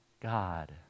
God